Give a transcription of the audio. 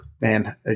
man